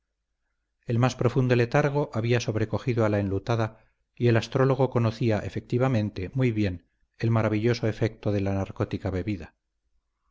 el más profundo letargo había sobrecogido a la enlutada y el astrólogo conocía efectivamente muy bien el maravilloso efecto de la narcótica bebida